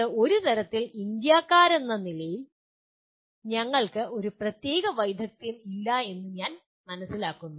ഇത് ഒരു തരത്തിൽ ഇന്ത്യക്കാരെന്ന നിലയിൽ ഞങ്ങൾക്ക് ഈ പ്രത്യേക വൈദഗ്ദ്ധ്യം ഇല്ലെന്ന് ഞാൻ മനസ്സിലാക്കുന്നു